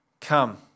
come